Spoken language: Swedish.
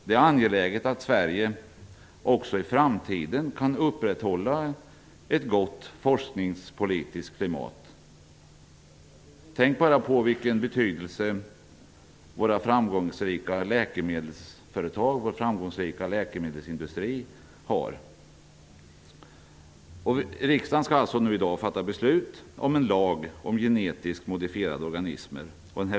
Det är angeläget att Sverige också i framtiden kan upprätthålla ett gott forskningspolitiskt klimat. Tänk bara på vilken betydelse våra framgångsrika läkemedelsföretag och läkemedelsindustrin har! Riksdagen skall i dag fatta beslut om en lag om genetiskt modifierade organismer.